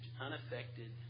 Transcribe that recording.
unaffected